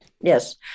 yes